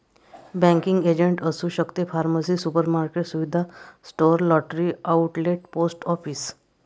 banking agent असू शकते pharmacy supermarket सुविधा store lottery outlet post office